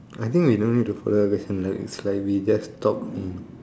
I think we don't need to follow as in like we just talk only